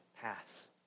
pass